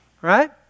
right